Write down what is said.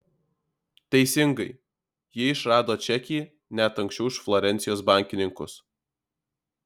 teisingai jie išrado čekį net anksčiau už florencijos bankininkus